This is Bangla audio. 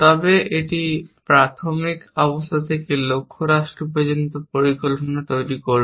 তবে এটি প্রাথমিক অবস্থা থেকে লক্ষ্য রাষ্ট্র পর্যন্ত পরিকল্পনা তৈরি করবে